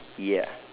ya